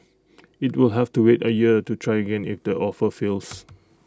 IT will have to wait A year to try again if the offer fails